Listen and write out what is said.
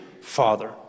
father